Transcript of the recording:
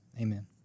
Amen